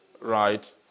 right